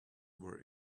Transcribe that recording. were